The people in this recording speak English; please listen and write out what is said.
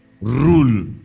rule